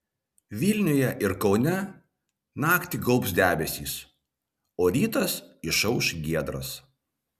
vilniuje ir kaune naktį gaubs debesys o rytas išauš giedras